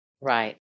Right